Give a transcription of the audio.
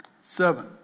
Seven